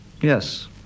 Yes